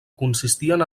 consistien